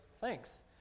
thanks